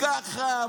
אמרתם לי ככה,